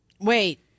Wait